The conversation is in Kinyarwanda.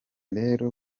rero